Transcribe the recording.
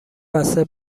وصله